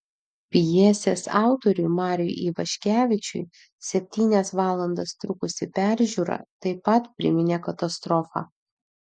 pjesės autoriui mariui ivaškevičiui septynias valandas trukusi peržiūra taip pat priminė katastrofą